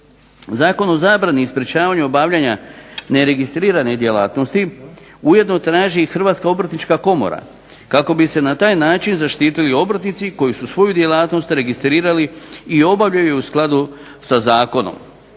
Zakon o zabrani i sprečavanju obavljanja neregistrirane djelatnosti ujedno traži i Hrvatska obrtnička komora kako bi se na taj način zaštitili obrtnici koji su svoju djelatnost registrirali i obavljaju u skladu sa zakonom,